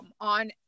on